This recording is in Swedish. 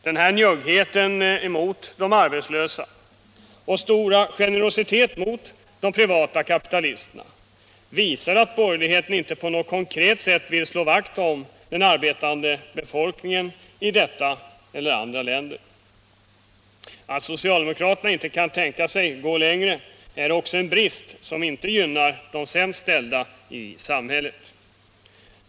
Denna njugghet mot de arbetslösa — och stora generositet mot de privata kapitalisterna — visar att borgerligheten inte på något konkret sätt vill slå vakt om den arbetande befolkningen i detta land eller andra länder. Att socialdemokraterna inte kan tänka sig att gå längre är också en brist och gynnar inte de sämst ställda i samhället.